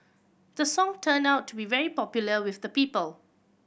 the song turned out to be very popular with the people